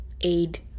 aid